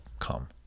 come